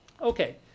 Okay